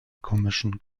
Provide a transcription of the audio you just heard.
commission